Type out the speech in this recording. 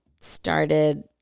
started